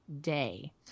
day